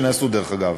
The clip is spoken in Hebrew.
דרך אגב.